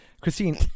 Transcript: Christine